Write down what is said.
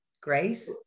great